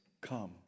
come